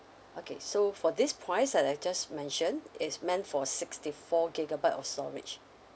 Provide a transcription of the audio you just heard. okay so for this price that I just mentioned it's meant for sixty four gigabyte of storage